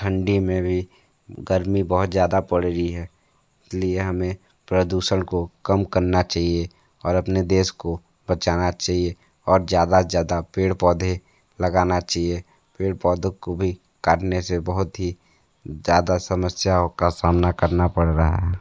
और ठंडी में भी गर्मी बहुत ज़्यादा पड़ रही है इसलिए हमें प्रदूषण को कम करना चाहिए और अपने देश को बचाना चाहिए और ज़्यादा ज़्यादा पेड़ पौधे लगाना चहिए पेड़ पौधों को भी काटने से बहुत ही ज़्यादा समस्याओं का सामना करना पड़ रहा है